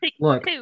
Look